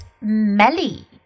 Melly